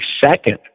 second